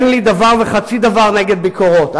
אין לי דבר וחצי דבר נגד ביקורות,